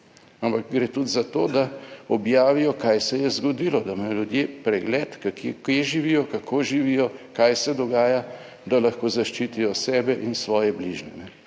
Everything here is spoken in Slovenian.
Ampak gre tudi za to, da objavijo kaj se je zgodilo, da imajo ljudje pregled kje živijo, kako živijo, kaj se dogaja, da lahko zaščitijo sebe in svoje bližnje.